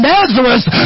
Nazareth